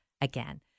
again